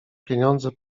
pieniądze